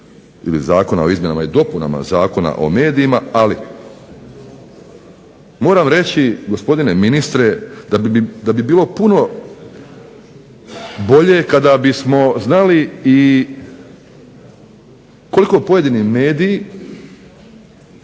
ili Zakona o izmjenama i dopunama Zakona o medijima, ali moram reći gospodine ministre da bi bilo puno bolje kada bismo znali i koliko pojedini mediji,